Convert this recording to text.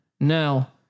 Now